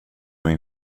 min